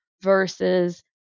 versus